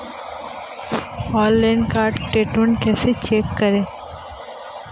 Online card statement कैसे check करें?